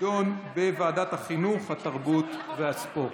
תידון בוועדת החינוך, התרבות והספורט.